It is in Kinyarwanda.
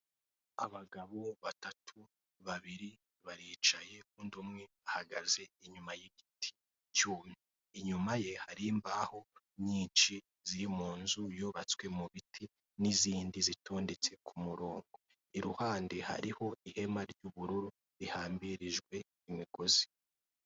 Abagabo batatu, babiri baricaye undi umwe ahagaze inyuma y'igiti cyumye, inyuma ye hari imbaho nyinshi ziri mu inzu yubatswe mu ibiti n'izindi zitondetse k'umurongo. I ruhande hariho ihema ry'ubururu rihambirijwe imigozi.